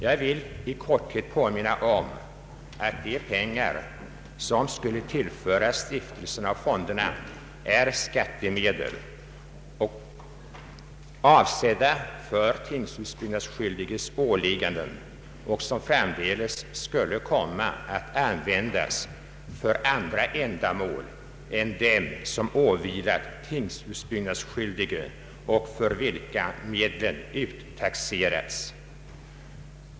Jag vill i korthet påminna om att de pengar som skulle tillföras stiftelserna och fonderna är skattemedel, avsed da för tingshusbyggnadsskyldiges åligganden, som framdeles skulle komma att användas för andra ändamål än dem som har åvilat tingshusbyggnadsskyldige och för vilka medlen uttaxerats.